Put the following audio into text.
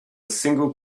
single